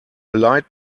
light